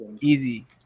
Easy